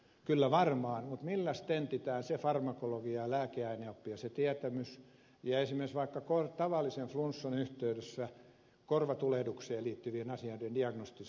kyllä varmaan mutta milläs tentitään se farmakologia ja lääkeaineoppi ja se tietämys ja esimerkiksi vaikka tavallisen flunssan yhteydessä korvatulehdukseen liittyvien asioiden diagnostisointi